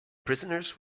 prisoners